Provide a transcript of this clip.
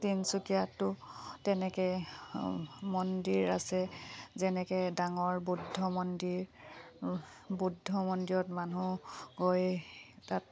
তিনিচুকীয়াটো তেনেকৈ মন্দিৰ আছে যেনেকৈ ডাঙৰ বুদ্ধ মন্দিৰ বুদ্ধ মন্দিৰত মানুহ গৈ তাত